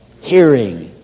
Hearing